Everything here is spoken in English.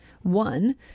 One